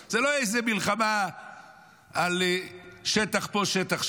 זה לא איזה מלחמה על שטח פה, שטח שם.